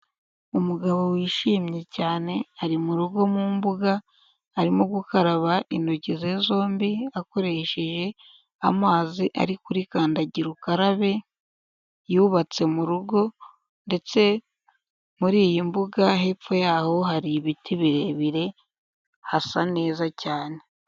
Umugabo wishimye cyane, ari mu rugo mu mbuga, arimo gukaraba intoki ze zombi, akoresheje amazi ari kuri kandagira ukarabe yubatse mu rugo ndetse muri iyi mbuga hepfo yaho hari ibiti birebire, hasa neza cyane.